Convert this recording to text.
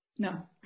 No